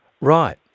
Right